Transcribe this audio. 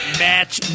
match